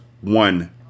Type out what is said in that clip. One